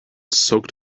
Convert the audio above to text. soaked